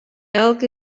elk